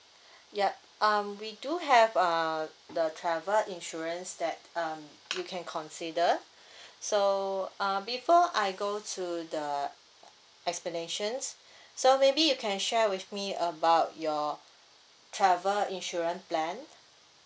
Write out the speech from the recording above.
yup um we do have uh the travel insurance that um you can consider so uh before I go to the uh explanations so maybe you can share with me about your travel insurance plan